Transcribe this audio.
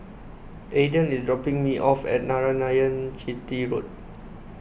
Ayden is dropping me off at Narayanan Chetty Road